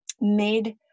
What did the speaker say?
made